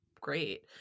great